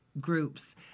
Groups